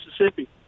Mississippi